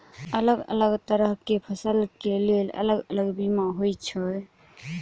अलग अलग तरह केँ फसल केँ लेल अलग अलग बीमा होइ छै?